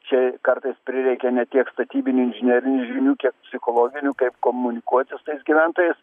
čia kartais prireikia ne tiek statybinių inžinierinių žinių kiek psichologinių kaip komunikuoti su tais gyventojais